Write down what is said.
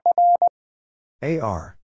A-R